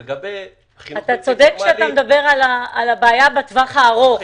אתה צודק כשאתה מדבר על הבעיה בטווח הארוך,